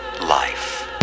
life